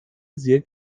sehr